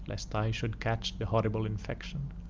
lest i should catch the horrible infection.